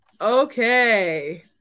Okay